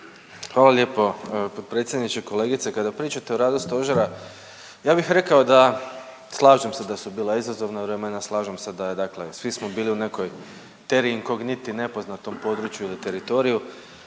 Hvala lijepo potpredsjedniče. Kolegice, kada pričate o radu Stožera, ja bih rekao da slažem se da su bila izazovna vremena, slažem se da je dakle svi smo bili u nekoj teri incogniti nepoznatom području ili teritoriju